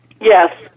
Yes